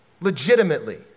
legitimately